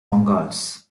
mongols